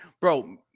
Bro